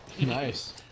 Nice